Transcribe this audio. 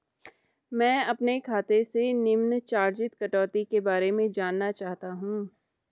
मैं अपने खाते से निम्न चार्जिज़ कटौती के बारे में जानना चाहता हूँ?